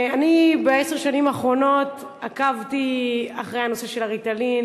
אני בעשר השנים האחרונות עקבתי אחרי הנושא של ה"ריטלין",